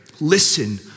Listen